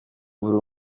buri